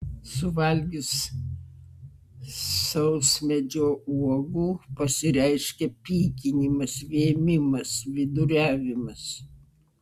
suvalgius sausmedžio uogų pasireiškia pykinimas vėmimas viduriavimas